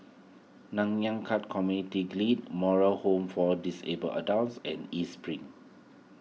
Nanyang Khek Community Moral Home for Disabled Adults and East Spring